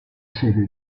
sede